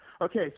Okay